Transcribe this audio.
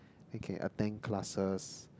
then you can attend classes